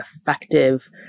effective